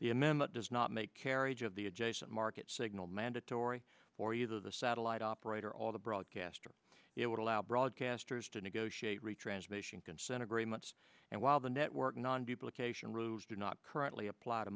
the amendment does not make carriage of the adjacent market signal mandatory for either the satellite operator all the broadcast or it would allow broadcasters to negotiate retransmission consent agreements and while the network non duplications rules do not currently apply to